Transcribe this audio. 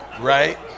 Right